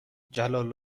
جلال